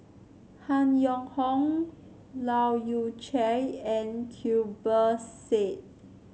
Han Yong Hong Leu Yew Chye and Zubir Said